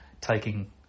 taking